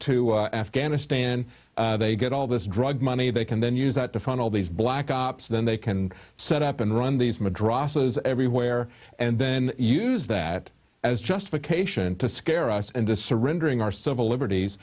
to afghanistan they get all this drug money they can then use that to funnel these black ops then they can set up and run these madrassas everywhere and then use that as justification to scare us into surrendering our civil liberties